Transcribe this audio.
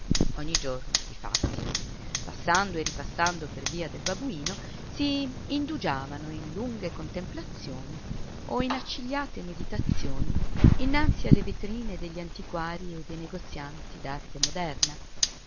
ogni giorno di fatti passando e ripassando per via del babuino si indugiavano in lunghe contemplazioni o in accigliate meditazioni innanzi alle vetrine degli antiquarii e dei negozianti d'arte moderna